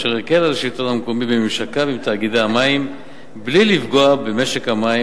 אשר יקל על השלטון המקומי בממשקיו עם תאגידי המים מבלי לפגוע במשק המים,